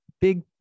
big